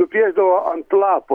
nupiešdavo ant lapo